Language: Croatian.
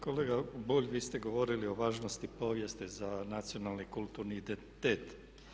Kolega Bulj, vi ste govorili o važnosti povijesti za nacionalni i kulturni identitet.